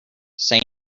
say